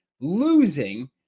Losing